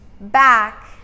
back